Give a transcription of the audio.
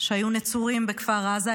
שהיו נצורים בכפר עזה,